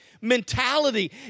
mentality